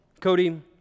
Cody